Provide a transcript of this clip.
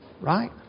Right